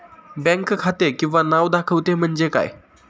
Bank खाते किंवा नाव दाखवते म्हणजे काय?